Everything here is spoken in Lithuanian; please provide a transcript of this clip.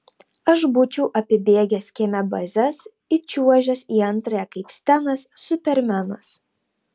aš būčiau apibėgęs kieme bazes įčiuožęs į antrąją kaip stenas supermenas